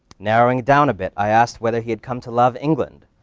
narrowing it down a bit, i asked whether he had come to love england,